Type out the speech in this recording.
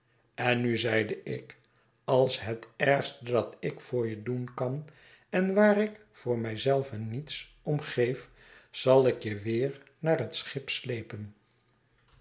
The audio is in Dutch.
en nu zeide ik als het ergste dat ik voor je doen kan en waar ik voor mij zelven niets om geef zal ik je weer naar het schip slepen